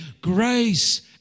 grace